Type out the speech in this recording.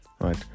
right